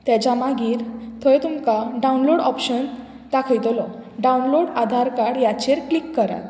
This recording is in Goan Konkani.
तेज्या मागीर थंय तुमकां डावनलोड ऑप्शन दाखयतलो डावनलोड आधार कार्ड हाचेर क्लिक करात